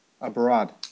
abroad